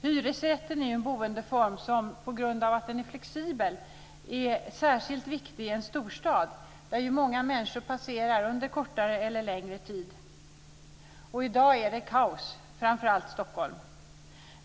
Hyresrätten är ju en boendeform som på grund av sin flexibilitet är särskilt viktig i en storstad, där många människor passerar under kortare eller längre tid. I dag är det kaos, framför allt i Stockholm.